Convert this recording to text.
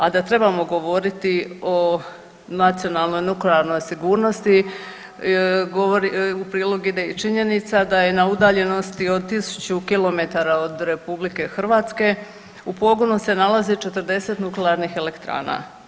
A da trebamo govoriti o nacionalnoj nuklearnoj sigurnosti govori, u prilog ide i činjenica da je na udaljenosti od 1000 km od RH u pogonu se nalazi 40 nuklearnih elektrana.